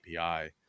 API